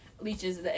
leeches